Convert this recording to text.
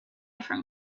from